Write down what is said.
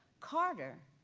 carter,